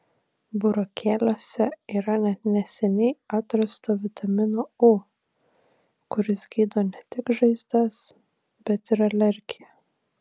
burokėliuose yra net neseniai atrasto vitamino u kuris gydo ne tik žaizdas bet ir alergiją